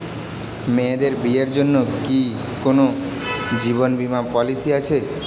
মেয়েদের বিয়ের জন্য কি কোন জীবন বিমা পলিছি আছে?